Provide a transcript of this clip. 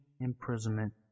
imprisonment